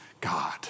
God